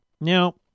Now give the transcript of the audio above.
Now